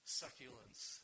succulents